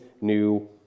new